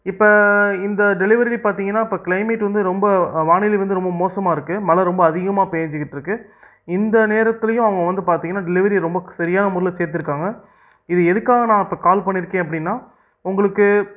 இப்போ இந்த டெலிவெரி பார்த்திங்கனா இப்போ கிளைமேட் வந்து ரொம்ப வானிலை வந்து ரொம்ப மோசமாக இருக்கு மழை ரொம்ப அதிகமாக பேஞ்சிக்கிட்டுருக்கு இந்த நேரத்துலையும் அவங்க வந்து பார்த்திங்கனா டெலிவரி ரொம்ப சரியான முறையில சேர்த்துருக்காங்க இது எதுக்காக நான் இப்போ கால் பண்ணிருக்கேன் அப்படினா உங்களுக்கு